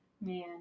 Man